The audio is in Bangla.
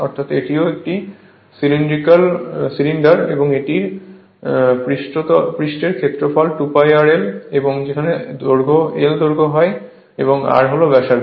অর্থাৎ এটিও একটি সিলিন্ডার এটি পৃষ্ঠের ক্ষেত্রফল 2π r l যেখানে l দৈর্ঘ্য হয় r হল ব্যাসার্ধ